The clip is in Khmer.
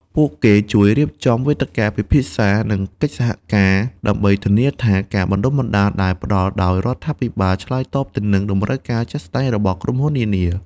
ពួកគេជួយរៀបចំវេទិកាពិភាក្សា និងកិច្ចសហការ ដើម្បីធានាថាការបណ្តុះបណ្តាលដែលផ្តល់ដោយរដ្ឋាភិបាលឆ្លើយតបទៅនឹងតម្រូវការជាក់ស្តែងរបស់ក្រុមហ៊ុននានា។